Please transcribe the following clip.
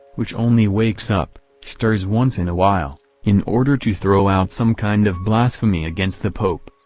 which only wakes up, stirs once in a while, in order to throw out some kind of blasphemy against the pope.